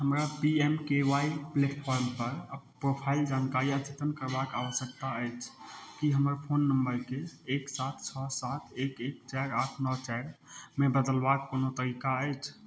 हमरा P M K Y प्लेटफॉर्मपर profile जानकारी अद्यतन करबाके आवश्यकता अछि कि हमर फोन नम्बरके एक सात छओ सात एक एक चारि आठ नओ चारिमे बदलबाके कोनो तरीका अछि